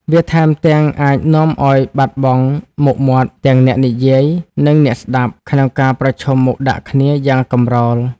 វាថែមទាំង អាចនាំឱ្យបាត់បង់មុខមាត់ទាំងអ្នកនិយាយ និងអ្នកស្តាប់ ក្នុងការប្រឈមមុខដាក់គ្នាយ៉ាងកម្រោល។